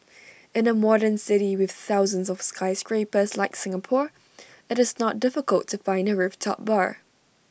in A modern city with thousands of skyscrapers like Singapore IT is not difficult to find A rooftop bar